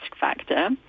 factor